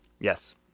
Yes